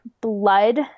blood